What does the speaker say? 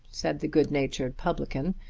said the good-natured publican,